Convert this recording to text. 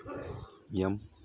ꯌꯥꯝ